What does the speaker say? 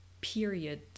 period